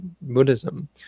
Buddhism